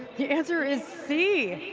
the answer is c.